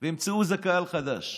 וימצאו איזה קהל חדש,